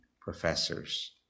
professors